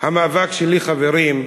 המאבק שלי, חברים,